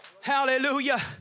Hallelujah